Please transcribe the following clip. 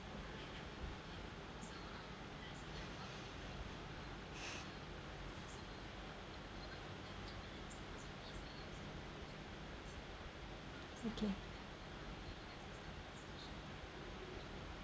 okay